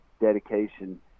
dedication